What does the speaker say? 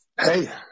Hey